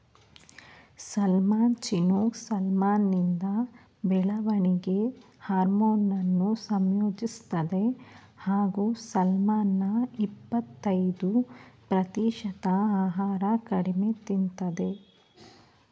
salmon chinook ಸಾಲ್ಮನಿಂದ ಬೆಳವಣಿಗೆ ಹಾರ್ಮೋನನ್ನು ಸಂಯೋಜಿಸ್ತದೆ ಹಾಗೂ ಸಾಲ್ಮನ್ನ ಇಪ್ಪತಯ್ದು ಪ್ರತಿಶತ ಆಹಾರ ಕಡಿಮೆ ತಿಂತದೆ